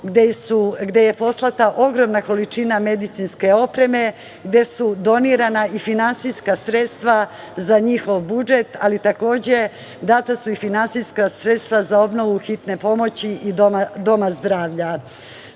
gde je poslata ogromna količina medicinske opreme i gde su donirana i finansijska sredstva za njihov budžet, ali takođe data su i finansijska sredstva za obnovu hitne pomoći i doma zdravlja. Srbiji